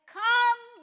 come